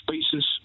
spaces